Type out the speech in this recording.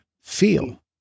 feel